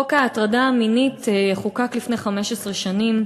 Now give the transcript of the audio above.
חוק ההטרדה המינית חוקק לפני 15 שנים.